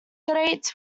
great